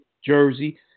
jersey